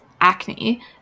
acne